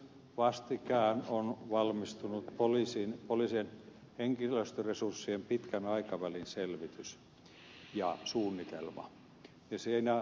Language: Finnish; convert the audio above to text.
vastikään on valmistunut poliisin henkilöstöresurssien pitkän aikavälin selvitys ja suunnitelma